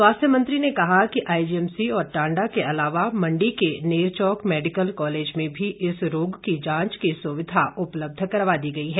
स्वास्थ्य मंत्री ने कहा कि आईजीएमसी और टांडा के अलावा मंडी के नेरचौक मेडिकल कालेज में भी इस रोग की जांच की सुविधा उपलब्ध करवा दी गई है